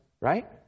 Right